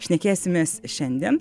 šnekėsimės šiandien